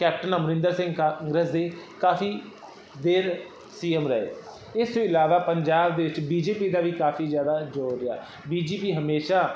captain Amarinder Singh Congress ਦੇ ਕਾਫੀ ਦੇਰ ਸੀ ਐਮ ਰਹੇ ਇਸ ਤੋਂ ਇਲਾਵਾ ਪੰਜਾਬ ਦੇ ਵਿੱਚ ਬੀ ਜੇ ਪੀ ਦਾ ਵੀ ਕਾਫੀ ਜ਼ਿਆਦਾ ਜੋਰ ਰਿਹਾ ਬੀ ਜੇ ਪੀ ਹਮੇਸ਼ਾ